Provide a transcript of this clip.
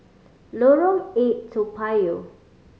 Lorong Eight Toa Payoh